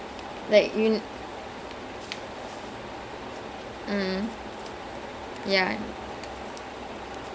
I mean it it had all kinds of things you know though not only killing it had like other kinds of questionable things